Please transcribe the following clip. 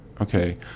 okay